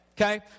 Okay